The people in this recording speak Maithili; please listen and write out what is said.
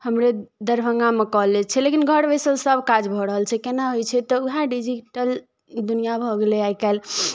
हमरे दरभंगामे कॉलेज छै लेकिन घर बैसल सब काज भऽ रहल छै केना होइ छै तऽ वएह डिजीटल दुनिआ भऽ गेलै आइ काल्हि